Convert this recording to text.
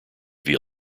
via